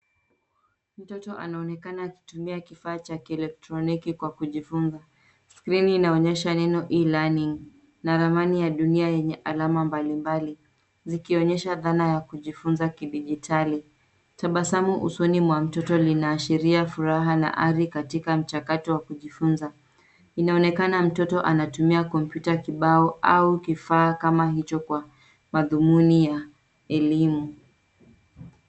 Mtoto anaonekana akitumia kifaa cha kielektroniki kwa kujifunza. Skrini inaonyesha neno e-learning na ramani ya dunia yenye alama mbalimbali, zikionyesha dhana ya kujifunza kidijitali. Tabasamu usoni mwa mtoto linaashiria furaha na ari katika mchakato wa kujifunza. Inaonekana mtoto anatumia kompyuta kibao au kifaa kama hicho kwa madhumuni ya elimu.